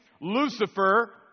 Lucifer